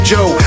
Joe